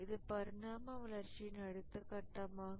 இது பரிணாம வளர்ச்சியின் அடுத்த கட்டமாகும்